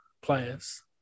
players